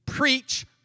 Preach